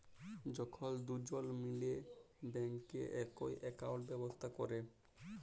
যখল দুজল মিলে ব্যাংকে একই একাউল্ট ব্যবস্থা ক্যরে